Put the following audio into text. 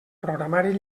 programari